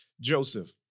Joseph